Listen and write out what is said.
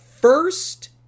first